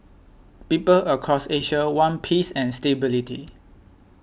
people across Asia want peace and stability